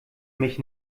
mich